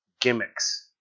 gimmicks